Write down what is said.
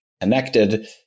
connected